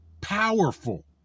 powerful